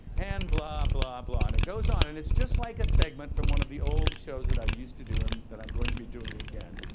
and blah, blah, blah. and it goes on and it's just like a segment from one of the old shows that i used to do, and that i'm going to be doing again,